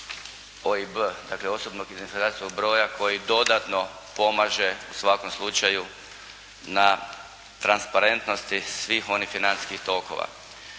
OIB, dakle osobnog identifikacijskog broja koji dodatno pomaže u svakom slučaju na transparentnosti svih onih financijskih tokova.